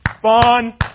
fun